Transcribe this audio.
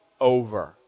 over